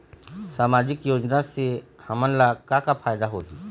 सामाजिक योजना से हमन ला का का फायदा होही?